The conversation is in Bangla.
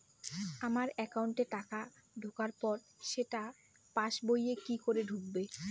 আমার একাউন্টে টাকা ঢোকার পর সেটা পাসবইয়ে কি করে উঠবে?